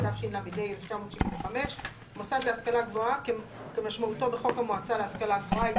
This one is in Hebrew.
התשל"ה 1975‏; "מוסד להשכלה גבוהה" כמשמעותו בחוק המועצה להשכלה גבוהה,